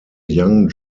young